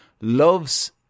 loves